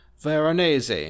Veronese